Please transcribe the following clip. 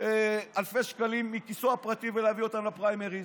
אלפי שקלים מכיסו הפרטי, ולהביא אותם לפריימריז.